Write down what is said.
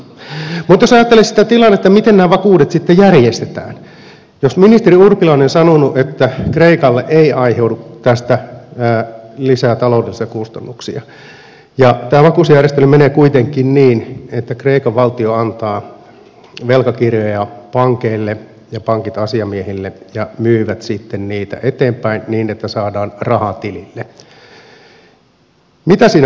mutta jos ajatellaan sitä tilannetta miten nämä vakuudet sitten järjestetään niin jos ministeri urpilainen on sanonut että kreikalle ei aiheudu tästä lisää taloudellisia kustannuksia ja tämä vakuusjärjestely menee kuitenkin niin että kreikan valtio antaa velkakirjoja pankeille ja pankit asiamiehille ja myyvät sitten niitä eteenpäin niin että saadaan rahaa tilille mitä siinä myydään